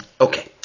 Okay